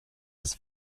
his